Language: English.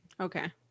okay